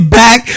back